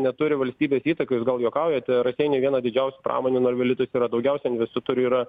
neturi valstybės įtaką jūs gal juokaujate raseiniai viena didžiausių pramonių norvilitos yra daugiausia investitorių yra